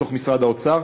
בתוך משרד האוצר,